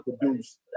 produce